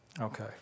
Okay